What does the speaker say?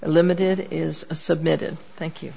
limited is submitted thank you